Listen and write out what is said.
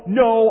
no